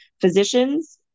physicians